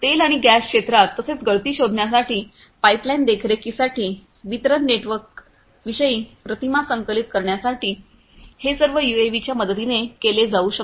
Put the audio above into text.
तेल आणि गॅस क्षेत्रात तसेच गळती शोधण्यासाठी पाइपलाइन देखरेखीसाठी वितरण नेटवर्कविषयी प्रतिमा संकलित करण्यासाठी हे सर्व यूएव्हीच्या मदतीने केले जाऊ शकते